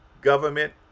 government